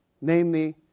namely